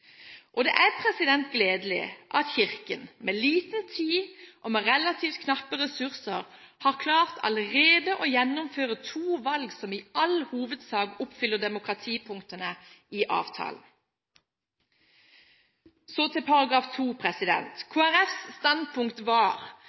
Det er gledelig at Kirken – med liten tid og med relativt knappe ressurser – allerede har klart å gjennomføre to valg som i all hovedsak oppfyller demokratipunktene i avtalen. Så til § 2. Kristelig Folkepartis standpunkt var